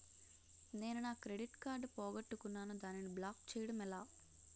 నేను నా credit card పోగొట్టుకున్నాను దానిని బ్లాక్ చేయడం ఎలా?